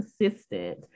consistent